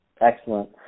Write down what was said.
Excellent